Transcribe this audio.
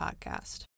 podcast